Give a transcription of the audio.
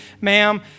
Ma'am